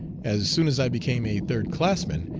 as soon as i became a third-classman,